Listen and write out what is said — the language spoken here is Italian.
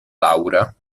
laura